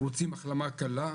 רוצים החלמה קלה,